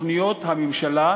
מתוכניות הממשלה,